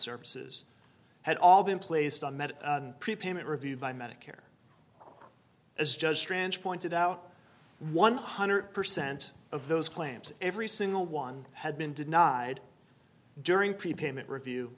services had all been placed on that prepayment reviewed by medicare as just ranch pointed out one hundred percent of those claims every single one had been denied during prepayment review